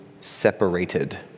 separated